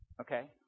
Okay